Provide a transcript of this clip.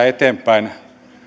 eteenpäin